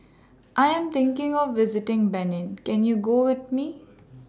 I Am thinking of visiting Benin Can YOU Go with Me